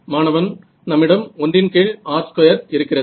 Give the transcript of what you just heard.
மாணவன் நம்மிடம் 1r2 இருக்கிறது